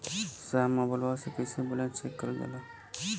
साहब मोबइलवा से कईसे बैलेंस चेक करल जाला?